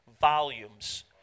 volumes